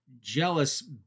jealous